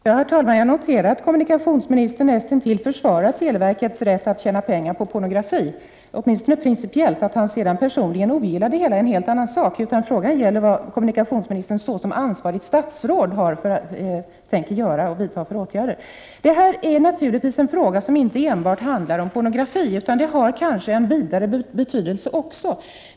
Herr talman! Jag noterar att kommunikationsministern näst intill försvarar televerkets rätt att tjäna pengar på pornografi, åtminstone principiellt. Att han sedan personligen ogillar denna produktion är en helt annan sak. Frågan gäller vad kommunikationsministern såsom ansvarigt statsråd tänker vidta för åtgärder. Detta är en fråga som inte enbart handlar om pornografi, utan den har kanske en vidare betydelse.